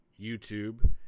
YouTube